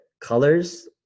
Colors